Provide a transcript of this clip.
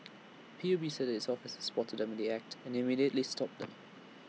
P U B said its officers spotted them in the act and immediately stopped them